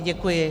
Děkuji.